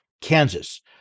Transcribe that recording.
Kansas